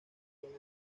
los